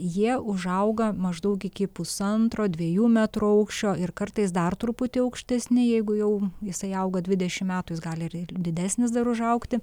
jie užauga maždaug iki pusantro dviejų metrų aukščio ir kartais dar truputį aukštesni jeigu jau jisai auga dvidešimt metų jis gali ir ir didesnis dar užaugti